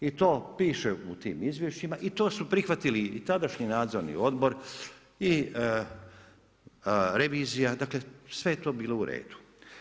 I to pište u tim izvješćima, i to su prihvatili i tadašnji nadzorni odbor i revizija, dakle, sve je to bilo u redu.